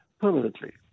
permanently